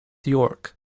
york